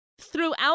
throughout